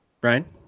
Brian